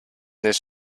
this